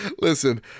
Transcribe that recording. Listen